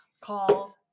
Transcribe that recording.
call